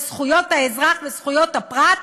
על זכויות האזרח וזכויות הפרט,